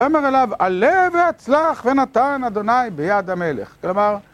ויאמר אליו, עלה והצלח, ונתן ה' ביד המלך. כלומר...